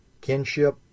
Kinship